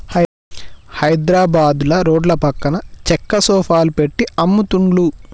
హైద్రాబాదుల రోడ్ల పక్కన చెక్క సోఫాలు పెట్టి అమ్ముతున్లు